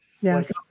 Yes